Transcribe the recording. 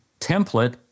template